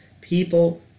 people